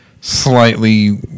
slightly